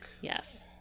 Yes